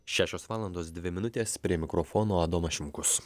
šešios valandos dvi minutės prie mikrofono adomas šimkus